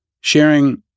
sharing